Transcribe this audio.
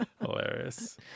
Hilarious